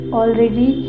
already